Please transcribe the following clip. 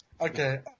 Okay